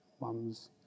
Mum's